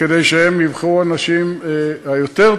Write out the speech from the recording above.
כדי שהם יבחרו את האנשים היותר-טובים,